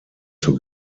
zur